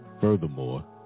Furthermore